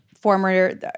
former